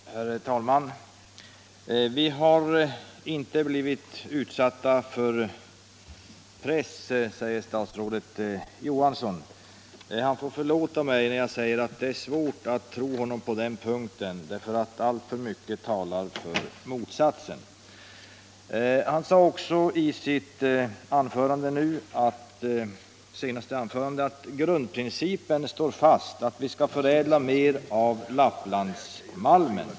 Herr talman! Statsrådet Johansson säger att regeringen inte har blivit utsatt för press. Han får förlåta mig om jag säger att det är svårt att tro honom på den punkten. Alltför mycket talar för motsatsen. Han sade också i sitt senaste anförande att grundprincipen står fast att vi skall förädla mer av Lapplandsmalmen.